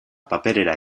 paperera